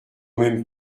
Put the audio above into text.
même